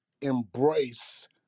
embrace